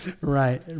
Right